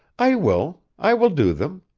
i will, i will do them.